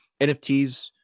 NFTs